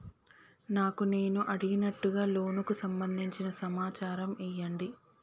నాకు నేను అడిగినట్టుగా లోనుకు సంబందించిన సమాచారం ఇయ్యండి?